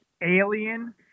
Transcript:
alien